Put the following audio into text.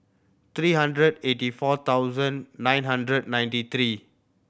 three hundred eighty four thousand nine hundred ninety three